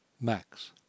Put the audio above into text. Max